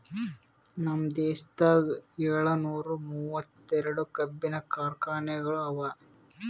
ನಮ್ ದೇಶದಾಗ್ ಏಳನೂರ ಮೂವತ್ತೆರಡು ಕಬ್ಬಿನ ಕಾರ್ಖಾನೆಗೊಳ್ ಅವಾ